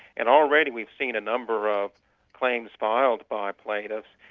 and already we've seen a number of claims filed by plaintiffs,